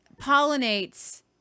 pollinates